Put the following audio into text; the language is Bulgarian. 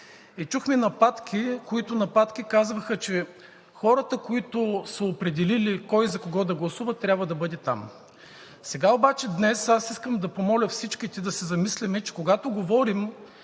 Чухме нападки, които казваха, че хората, които са определили кой за кого да гласува, трябва да бъде там. Днес обаче искам да помоля всички да се замислим, че когато говорим